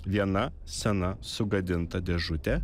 viena sena sugadinta dėžutė